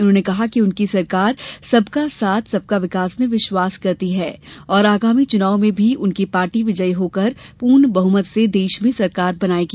उन्होने कहा कि उनकी सरकार सबका साथ सबका विकास में विश्वास करती है और आगामी चुनाव में भी उनकी पार्टी विजयी होकर पूर्ण बहमत से देश में सरकार बनाएगी